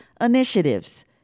Initiatives